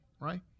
right